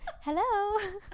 Hello